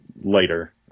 later